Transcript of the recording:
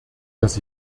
dass